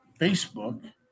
facebook